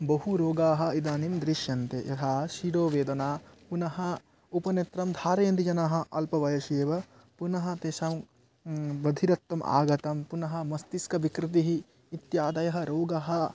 बहवः रोगाः इदानीं दृश्यन्ते या शिरोवेदना पुनः उपनेत्रं धारयन्ति जनाः अल्पवयसि एव पुनः तेषां बधिरत्वम् आगतं पुनः मस्तिष्कविकृतिः इत्यादयः रोगाः